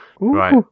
Right